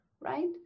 right